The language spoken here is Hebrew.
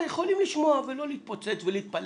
יכולים לשמוע ולא להתפוצץ ולהתפלץ.